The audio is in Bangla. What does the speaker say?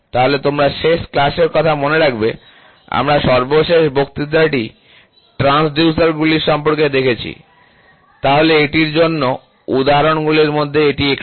তাহলে তোমরা শেষ ক্লাসের কথা মনে রাখবে আমরা সর্বশেষ বক্তৃতাটি ট্রান্সডুসারগুলির সম্পর্কে দেখেছি তাহলে এটির জন্য উদাহরণগুলির মধ্যে এটি একটি